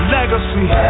legacy